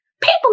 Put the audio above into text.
People